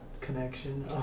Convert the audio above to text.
connection